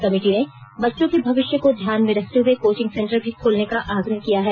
committee ने बच्चों के भविष्य को ध्यान में रखते हुए कोचिंग सेंटर भी खोलने का आग्रह किया है